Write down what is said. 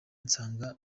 nsanga